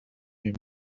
him